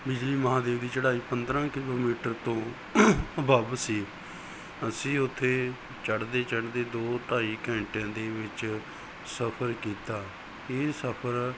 ਬਿਜਲੀ ਮਹਾਦੇਵ ਦੀ ਚੜਾਈ ਪੰਦਰਾ ਕਿਲੋਮੀਟਰ ਤੋਂ ਵੱਧ ਸੀ ਅਸੀਂ ਉੱਥੇ ਚੜਦੇ ਚੜਦੇ ਦੋ ਢਾਈ ਘੰਟਿਆਂ ਦੇ ਵਿੱਚ ਸਫਰ ਕੀਤਾ ਇਹ ਸਫਰ